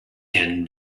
can